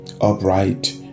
upright